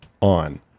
on